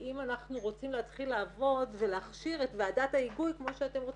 אם אנחנו רוצים להתחיל לעבוד ולהכשיר את ועדת ההיגוי כמו שאתם רוצים,